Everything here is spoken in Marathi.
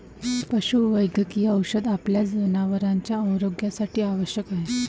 पशुवैद्यकीय औषध आपल्या जनावरांच्या आरोग्यासाठी आवश्यक आहे